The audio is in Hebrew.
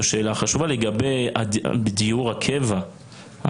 זו שאלה חשובה לגבי דיור הקבע.